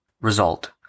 Result